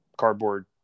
cardboard